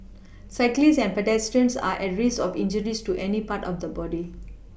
cyclists and pedestrians are at risk of injuries to any part of the body